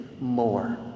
more